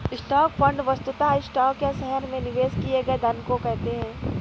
stock fund वस्तुतः stock या शहर में निवेश किए गए धन को कहते हैं